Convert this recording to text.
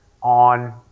On